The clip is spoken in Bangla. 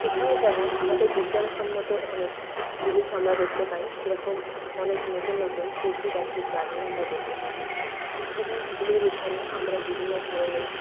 এখানে যেমন আমাদের বিজ্ঞানসম্মত অনেক জিনিস আমরা দেখতে পাই সেরকম অনেক নতুন নতুন পশুপাখি প্রাণীও আমরা দেখতে পেয়ে থাকি সেরকম ফুলের উদ্যানে আমরা বিভিন্ন ধরনের